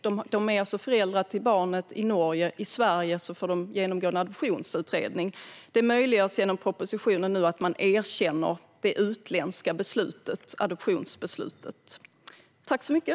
De är alltså föräldrar till barnet i Norge, men i Sverige får de genomgå en adoptionsutredning. Genom propositionen möjliggörs att man erkänner det utländska adoptionsbeslutet.